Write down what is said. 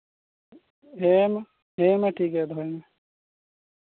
ᱦᱮᱸ ᱢᱟ ᱦᱮᱸ ᱢᱟ ᱴᱷᱤᱠ ᱜᱮᱭᱟ ᱫᱚᱦᱚᱭ ᱢᱮ ᱢᱟ